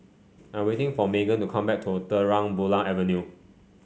I'm waiting for Magen to come back to Terang Bulan Avenue